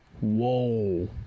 Whoa